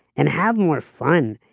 and have more fun.